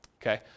okay